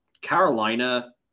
Carolina